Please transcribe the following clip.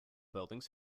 buildings